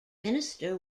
minister